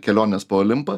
kelionės po olimpą